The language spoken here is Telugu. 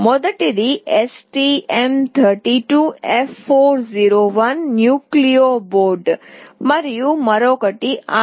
మొదటిది STM32F401 న్యూక్లియో బోర్డు మరియు మరొకటి Arduino UNO